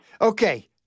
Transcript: Okay